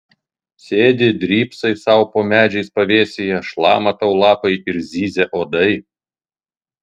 sėdi drybsai sau po medžiais pavėsyje šlama tau lapai ir zyzia uodai